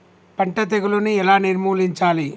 పంట తెగులుని ఎలా నిర్మూలించాలి?